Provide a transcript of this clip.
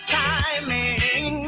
timing